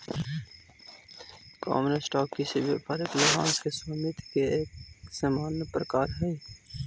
common stock किसी व्यापारिक लाभांश के स्वामित्व के एक सामान्य प्रकार हइ